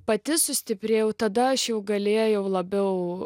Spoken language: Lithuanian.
pati sustiprėjau tada aš jau galėjau labiau